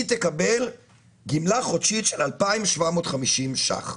היא תקבל גמלה חודשית של 2,750 ₪.